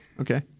Okay